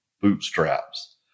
bootstraps